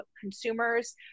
consumers